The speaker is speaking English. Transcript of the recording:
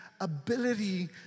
ability